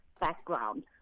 background